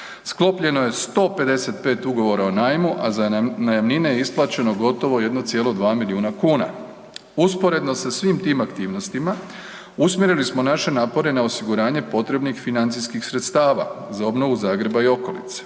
sklopljeno je 155 ugovora o najmu, a za najamnine isplaćeno gotovo 1,2 milijuna kuna. Usporedno sa svim tim aktivnostima usmjerili smo naše napore na osiguranje potrebnih financijskih sredstava za obnovu Zagreba i okolice.